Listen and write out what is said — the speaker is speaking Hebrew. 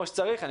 תודה לכולם.